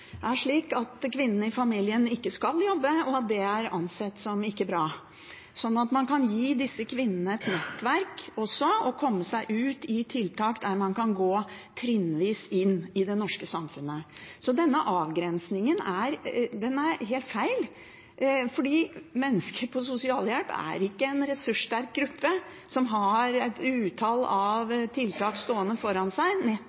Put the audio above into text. er slik at kvinnene i familien ikke skal jobbe, at det ikke er ansett som bra. Slik kan man også gi disse kvinnene et nettverk, der de kommer seg ut i tiltak der man kan gå trinnvis inn i det norske samfunnet. Så denne avgrensningen er helt feil, for mennesker på sosialhjelp er ikke en ressurssterk gruppe som har et utall av tiltak stående foran seg.